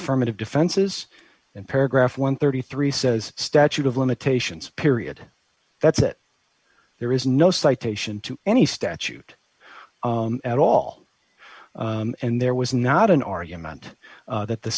affirmative defenses and paragraph one hundred and thirty three says statute of limitations period that's it there is no citation to any statute at all and there was not an argument that the